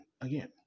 again